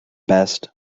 best